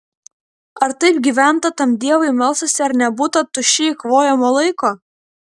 ar taip gyventa tam dievui melstasi ar nebūta tuščiai eikvojamo laiko